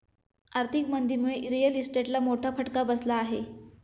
आर्थिक मंदीमुळे रिअल इस्टेटला मोठा फटका बसला आहे